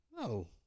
No